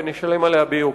ונשלם עליה ביוקר.